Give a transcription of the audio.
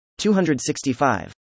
265